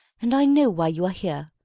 and i know why you are here.